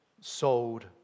sold